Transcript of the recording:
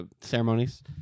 Ceremonies